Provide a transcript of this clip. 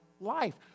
life